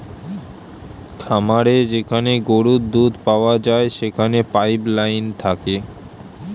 খামারে যেখানে গরুর দুধ পাওয়া যায় সেখানে পাইপ লাইন থাকে